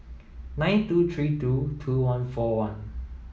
nine two three two two one four one